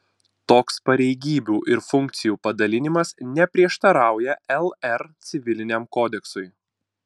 toks pareigybių ir funkcijų padalinimas neprieštarauja lr civiliniam kodeksui